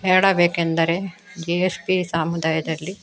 ಹೇಳಬೇಕೆಂದರೆ G S B ಸಮುದಾಯದಲ್ಲಿ